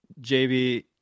JB